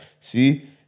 see